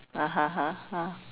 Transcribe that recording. (uh huh) ah ah